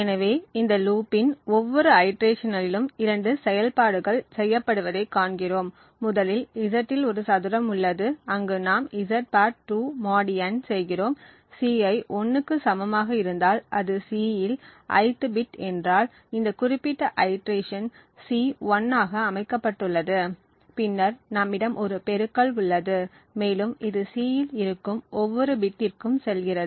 எனவே இந்த லூப்பின் ஒவ்வொரு ஐடிரேஷனிலும் இரண்டு செயல்பாடுகள் செய்யப்படுவதைக் காண்கிறோம் முதலில் Z இல் ஒரு சதுரம் உள்ளது அங்கு நாம் Z 2 mod n செய்கிறோம் Ci 1 க்கு சமமாக இருந்தால் அது C இல் ith பிட் என்றால் இந்த குறிப்பிட்ட ஐடிரேஷன் C 1 ஆக அமைக்கப்பட்டுள்ளது பின்னர் நம்மிடம் ஒரு பெருக்கல் உள்ளது மேலும் இது C இல் இருக்கும் ஒவ்வொரு பிட்டிற்கும் செல்கிறது